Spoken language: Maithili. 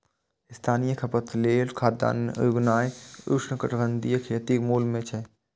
स्थानीय खपत लेल खाद्यान्न उगेनाय उष्णकटिबंधीय खेतीक मूल मे छै